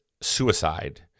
suicide